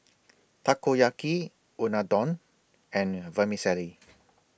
Takoyaki Unadon and Vermicelli